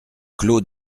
clos